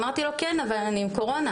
אמרתי לו, כן, אבל אני עם קורונה.